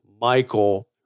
Michael